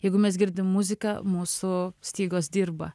jeigu mes girdim muziką mūsų stygos dirba